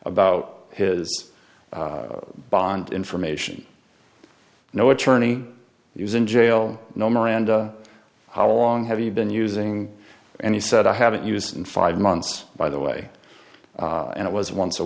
about his bond information no attorney is in jail no miranda how long have you been using and he said i haven't used it in five months by the way and it was once a